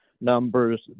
numbers